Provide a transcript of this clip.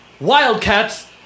wildcats